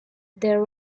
there